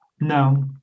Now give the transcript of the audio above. No